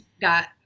got